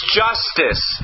justice